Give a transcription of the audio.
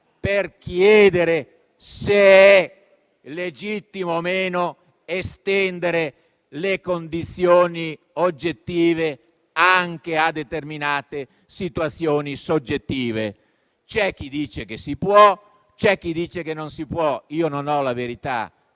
per chiedere se è legittimo o meno estendere le condizioni oggettive anche a determinate situazioni soggettive. C'è chi dice che si può, c'è chi dice che non si può, io non ho la verità